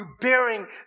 bearing